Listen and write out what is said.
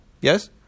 Yes